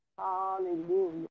Hallelujah